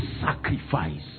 sacrifice